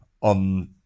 on